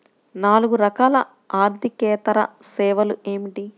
నాలుగు రకాల ఆర్థికేతర సేవలు ఏమిటీ?